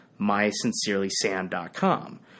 MySincerelySam.com